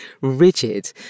rigid